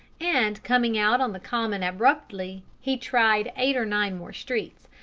and, coming out on the common abruptly, he tried eight or nine more streets,